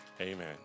Amen